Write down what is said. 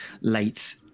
late